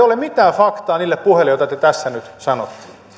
ole mitään faktaa niille puheille joita te tässä nyt sanotte